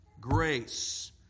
grace